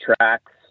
tracks